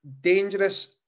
dangerous